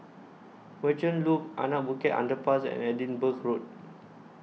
Merchant Loop Anak Bukit Underpass and Edinburgh Road